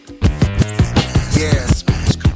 yes